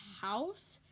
house